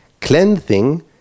cleansing